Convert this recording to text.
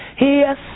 Yes